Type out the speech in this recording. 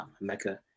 Mecca